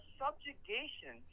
subjugation